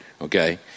okay